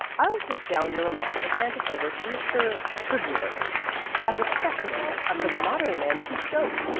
i'll take down your remark and hand it over to mr. scribuler as a specimen of the modern antique joke.